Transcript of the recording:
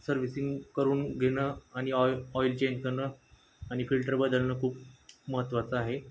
servicing करून घेणं आणि ऑइल ऑइल चेंज करण आणि फिल्टर बदलणं खूप महत्वाचं आहे